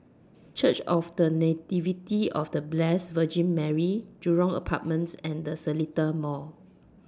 Church of The Nativity of The Blessed Virgin Mary Jurong Apartments and The Seletar Mall